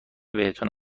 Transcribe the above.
بهتون